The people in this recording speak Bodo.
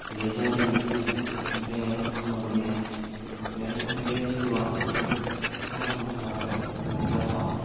लिरदों बेनिखायनो बे सल'नि बे ओंखायनो बे सल'आ जोबोद खोनासंथाव आरो रंजाथाव